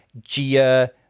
Gia